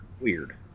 weird